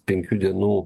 penkių dienų